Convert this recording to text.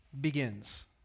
begins